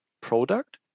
product